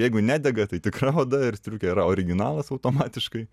jeigu nedega tai tikra oda ir striukė yra originalas automatiškai